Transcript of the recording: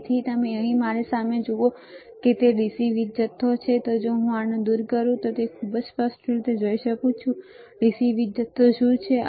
તેથી તમે અહીં મારી સામે જુઓ છો કે તે dc વીજ જથ્થો છે જો હું આને દૂર કરું તો તમે ખૂબ જ સ્પષ્ટ રીતે જોઈ શકો છો કે dc વીજ જથ્થો શું છે